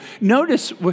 Notice